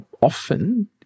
often